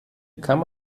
kann